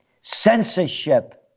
Censorship